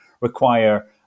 require